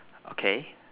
okay